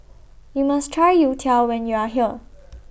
YOU must Try Youtiao when YOU Are here